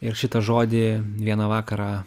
ir šitą žodį vieną vakarą